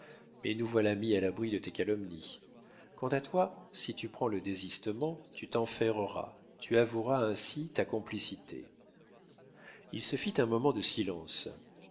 mais nous voilà mis à l'abri de tes calomnies quant à toi si tu prends le désistement tu t'enferreras tu avoueras ainsi ta complicité il se fit un moment de silence